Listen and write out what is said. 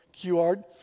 QR